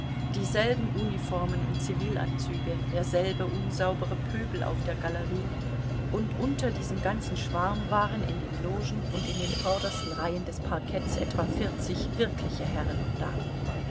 dieselben uniformen und zivilanzüge derselbe unsaubere pöbel auf der galerie und unter diesem ganzen schwarm waren in den logen und in den vordersten reihen des parketts etwa vierzig wirkliche herren und damen